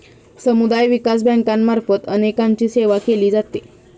समुदाय विकास बँकांमार्फत अनेकांची सेवा केली जाते